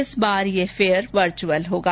इस बार यह फेयर वर्च्अल होगा